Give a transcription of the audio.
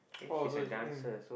oh so it's like mm